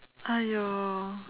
!aiyo!